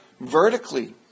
vertically